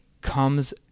comes